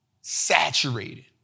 saturated